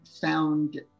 found